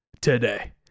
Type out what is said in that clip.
today